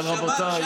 אבל רבותיי,